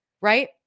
right